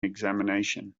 examination